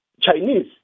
Chinese